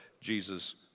Jesus